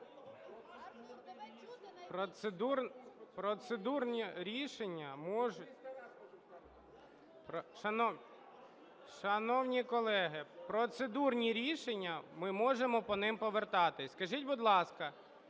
Процедурні рішення… Шановні колеги, процедурні рішення, ми можемо по ним повертатись. Скажіть, будь ласка,